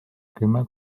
kümme